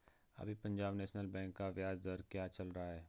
अभी Punjab national bank का ब्याज दर क्या चल रहा है?